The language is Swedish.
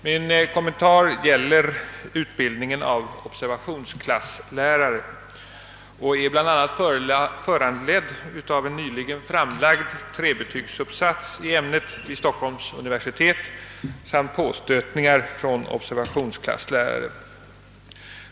Min kommentar gäller utbildningen av observationsklasslärarna och är bl.a. föranledd av en nyligen framlagd trebetygsuppsats i ämnet vid Stockholms universitet samt påstötningar från ob servationsklasslärare.